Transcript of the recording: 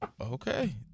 okay